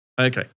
Okay